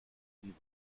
sie